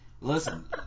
Listen